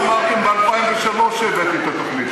זה מה שאמרתם ב-2003 כשהבאתי את התוכנית,